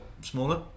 smaller